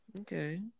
Okay